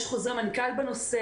יש חוזרי מנכ"ל בנושא,